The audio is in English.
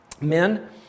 Men